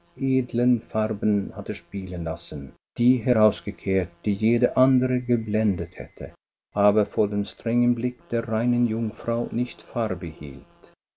farben hatte spielen lassen die herausgekehrt die jede andere geblendet hätte aber vor dem strengen blick der reinen jungfrau nicht farbe hielt